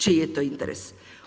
Čiji je to interes?